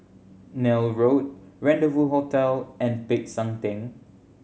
Neil Road Rendezvous Hotel and Peck San Theng